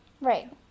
Right